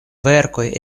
verkoj